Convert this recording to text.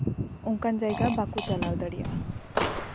ᱚᱱᱠᱟᱱ ᱡᱟᱭᱜᱟ ᱵᱟᱝᱠᱚ ᱪᱟᱞᱟᱣ ᱫᱟᱲᱮᱭᱟᱜᱼᱟ